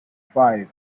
five